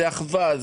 זאת אחווה,